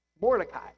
Mordecai